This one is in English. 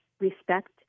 respect